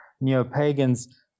neo-pagans